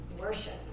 worship